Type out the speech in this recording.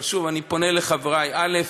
אבל שוב, אני פונה לחברי: א.